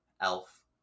Elf